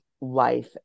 life